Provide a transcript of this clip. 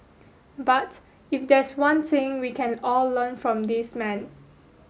but if there's one thing we can all learn from this man